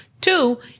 Two